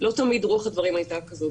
לא תמיד רוח הדברים הייתה כזאת.